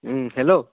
hello